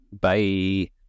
Bye